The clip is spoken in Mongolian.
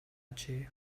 ажээ